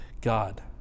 God